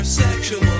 sexual